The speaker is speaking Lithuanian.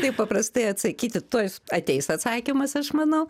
taip paprastai atsakyti tuoj ateis atsakymas aš manau